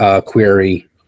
query